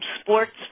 sports